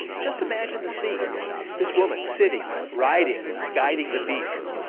just imagine the scene this woman sitting, riding or guiding the beast.